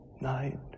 night